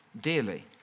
dearly